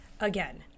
Again